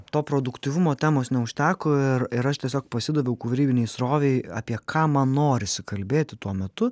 to produktyvumo temos neužteko ir ir aš tiesiog pasidaviau kūrybinei srovei apie ką man norisi kalbėti tuo metu